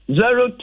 zero